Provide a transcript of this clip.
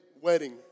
wedding